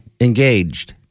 engaged